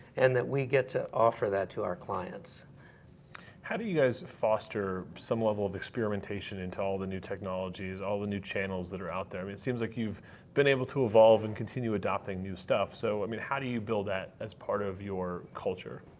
and that we get to offer that to our clients. brent how do you guys foster some level of experimentation into all the new technologies, all the new channels that out there? i mean it seems like you've been able to evolve and continue adapting new stuff. so i mean how do you build that as part of your culture?